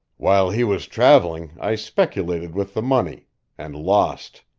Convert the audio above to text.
while he was traveling, i speculated with the money and lost.